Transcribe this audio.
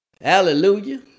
Hallelujah